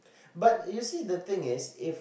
but you see the thing is if